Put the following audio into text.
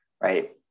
right